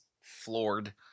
floored